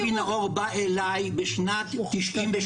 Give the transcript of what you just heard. אבי נאור בא אליי בשנת 98'